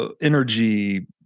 energy